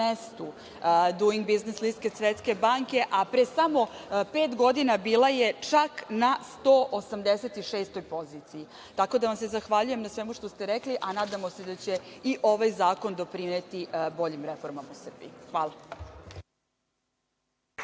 Duing biznis liste Svetske banke, a pre samo pet godina bila je čak na 186. poziciji. Zahvaljujem se na svemu što ste rekli, a nadamo se da će i ovaj zakon doprineti boljim reformama u Srbiji. Hvala.